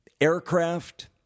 aircraft